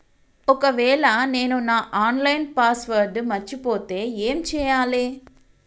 ఒకవేళ నేను నా ఆన్ లైన్ పాస్వర్డ్ మర్చిపోతే ఏం చేయాలే?